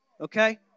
okay